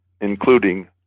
including